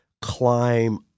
climb